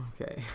Okay